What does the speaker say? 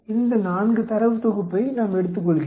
இந்த 4 தரவு தொகுப்பை நாம் எடுத்துக்கொள்கிறோம்